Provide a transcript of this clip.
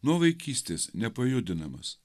nuo vaikystės nepajudinamas